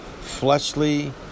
fleshly